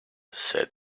said